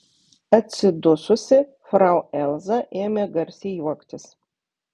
atsidususi frau elza ėmė garsiai juoktis